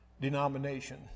denomination